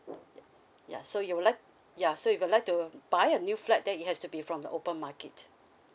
ya ya so you'd like ya so you would like to buy a new flat then it has to be from the open market